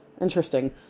Interesting